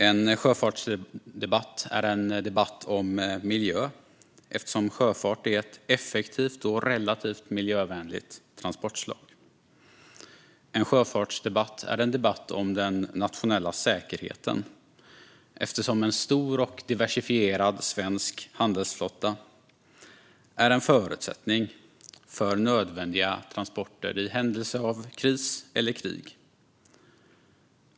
En sjöfartsdebatt är en debatt om miljö, eftersom sjöfart är ett effektivt och relativt miljövänligt transportslag. En sjöfartsdebatt är en debatt om den nationella säkerheten, eftersom en stor och diversifierad svensk handelsflotta är en förutsättning för nödvändiga transporter i händelse av kris eller krig.